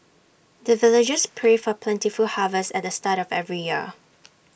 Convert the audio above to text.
the villagers pray for plentiful harvest at the start of every year